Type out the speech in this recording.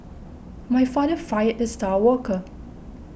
my father fired the star worker